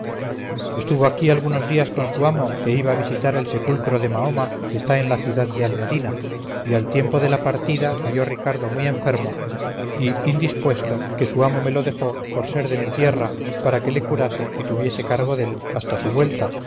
estuvo aquí algunos días con su amo que iba a visitar el sepulcro de mahoma que está en la ciudad de almedina y al tiempo de la partida cayó ricardo muy enfermo y indispuesto que su amo me lo dejó por ser de mi tierra para que le curase y tuviese cargo dél hasta su vuelta